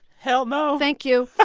hell no thank you.